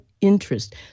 interest